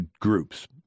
groups